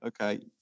Okay